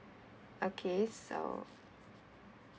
okay so